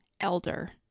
elder